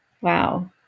wow